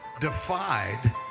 defied